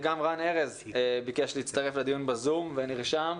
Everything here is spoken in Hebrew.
גם רן ארז ביקש להצטרף לדיון בזום ונרשם,